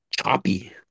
choppy